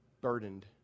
burdened